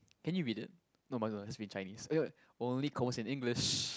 can you read it no mus~ must be in Chinese oh wait wait only converse in English